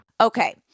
Okay